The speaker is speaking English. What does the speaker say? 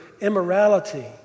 immorality